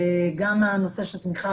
גם הנושא של תמיכה